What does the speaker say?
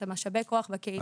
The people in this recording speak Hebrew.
את משאבי הכוח בקהילה.